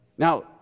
Now